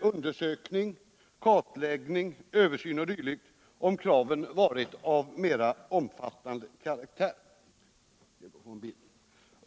undersökning, kartläggning, översyn o.d., om kraven varit av mer omfattande karaktär.